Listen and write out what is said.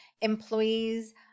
employees